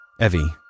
Evie